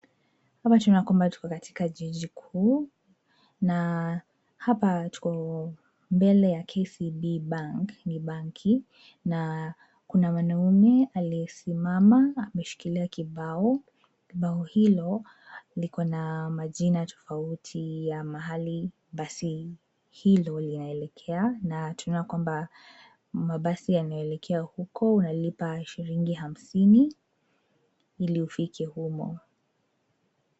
Hapa tunaona kwamba tuko katika jiji, na hapa tuko mbele ya KCB bank ni banki, na kuna mwanaume aliyesimama ameshikilia kibao. Kibao hilo likona majina tofauti ya mahili basi hilo linaelekea na tunaona kwamba mabasi yanoyoelekea huko unalipa shilingi hamsini ili ufike humo.